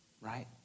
Right